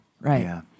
Right